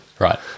Right